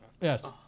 Yes